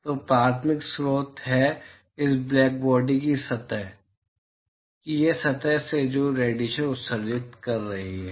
तो प्राथमिक स्रोत इस ब्लैक बॉडी की सतह की यह सतह है जो रेडिएशन उत्सर्जित कर रही है